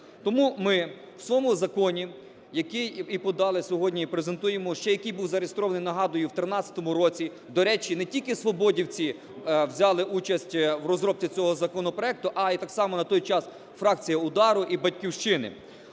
Тому ми в своєму законі, якій і подали сьогодні і презентуємо, ще який був зареєстрований, нагадую, в 2013 році, до речі, не тільки свободівці взяли участь в розробці цього законопроекту, а і так само на той час фракція "УДАРу", і "Батьківщини".